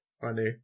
Funny